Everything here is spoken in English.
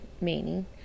meaning